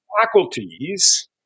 faculties